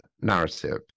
narrative